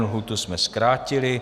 Lhůtu jsme zkrátili.